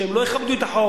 שהם לא יכבדו את החוק,